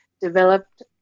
developed